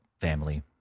family